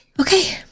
Okay